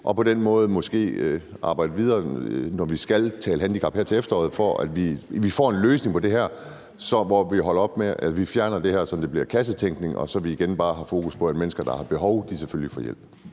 og på den måde arbejde videre, når vi skal tale om handicapområdet her til efteråret, så vi får en løsning på det her, hvor vi fjerner det her med kassetænkningen, og så vi igen bare har fokus på, at de mennesker, der har behov for hjælp, selvfølgelig får det?